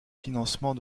financement